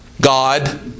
God